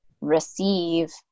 receive